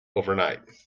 overnight